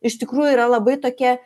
iš tikrųjų yra labai tokia